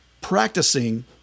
practicing